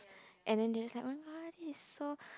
and then they just like this is so